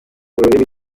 ururimi